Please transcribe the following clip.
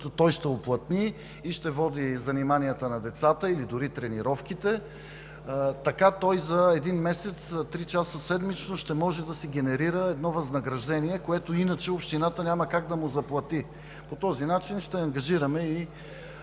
той ще уплътни и ще води заниманията на децата или дори тренировките, за един месец по три часа седмично ще може да си генерира едно възнаграждение, което иначе общината няма как да му заплати. По този начин ще ангажираме и